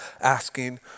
asking